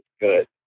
good